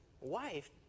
wife